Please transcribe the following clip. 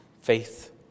Faith